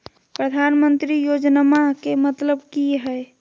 प्रधानमंत्री योजनामा के मतलब कि हय?